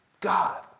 God